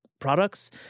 products